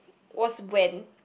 was when